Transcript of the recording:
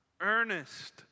Earnest